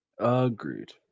Agreed